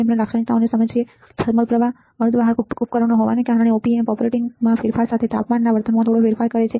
Op amp લાક્ષણિકતાઓને સમજવું thermal પ્રવાહ અર્ધવાહક ઉપકરણો હોવાને કારણે op amp ઓપરેટિંગમાં ફેરફાર સાથે તાપમાના વર્તનમાં થોડો ફેરફાર કરે છે